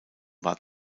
war